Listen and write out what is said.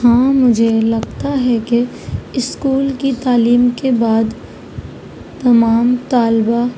ہاں مجھے لگتا ہے کہ اسکول کی تعلیم کے بعد تمام طلباء